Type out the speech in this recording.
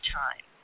time